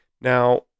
Now